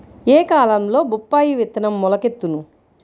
ఏ కాలంలో బొప్పాయి విత్తనం మొలకెత్తును?